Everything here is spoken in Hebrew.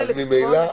לא.